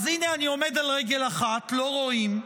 אז הינה, אני עומד על רגל אחת, לא רואים,